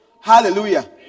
Hallelujah